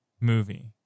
movie